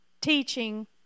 teaching